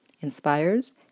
inspires